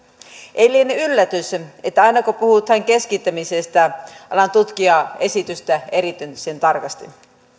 ei liene yllätys että aina kun puhutaan keskittämisestä alan tutkia esitystä erityisen tarkasti